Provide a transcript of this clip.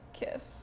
Kiss